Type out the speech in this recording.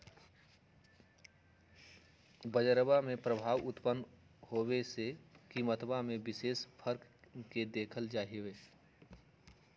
बजरवा में प्रभाव उत्पन्न होवे से कीमतवा में विशेष फर्क के देखल जाहई